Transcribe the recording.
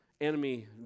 Enemy